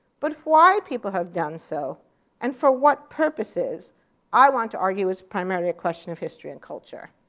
but why people have done so and for what purposes i want to argue is primarily a question of history and culture.